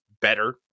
better